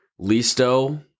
Listo